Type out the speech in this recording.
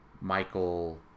Michael